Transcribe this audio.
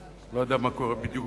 אני לא יודע מה בדיוק קורה באירן,